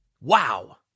Wow